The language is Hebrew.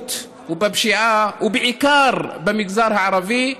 באלימות ובפשיעה, ובעיקר במגזר הערבי,